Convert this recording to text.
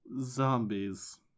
zombies